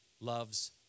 loves